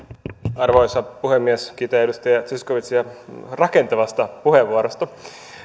arvoisa puhemies kiitän edustaja zyskowiczia rakentavasta puheenvuorosta